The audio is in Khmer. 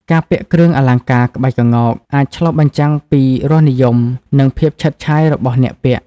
ការពាក់គ្រឿងអលង្ការក្បាច់ក្ងោក អាចឆ្លុះបញ្ចាំងពីរសនិយម និងភាពឆើតឆាយរបស់អ្នកពាក់។